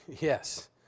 Yes